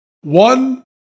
one